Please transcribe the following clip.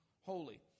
holy